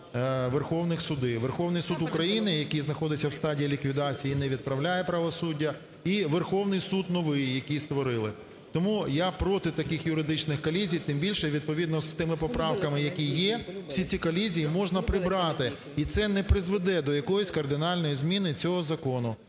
Верховних Суди: Верховний Суд України, який знаходиться в стадії ліквідації, і не відправляє правосуддя і Верховний Суд новий, який створили. Тому я проти таких юридичних колізій, тим більше відповідно з тими поправками, які є, всі ці колізії можна прибрати. І це не призведе до якоїсь кардинальної зміни цього закону.